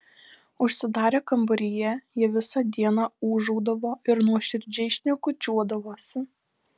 užsidarę kambaryje jie visą dieną ūžaudavo ir nuoširdžiai šnekučiuodavosi